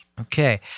Okay